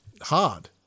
hard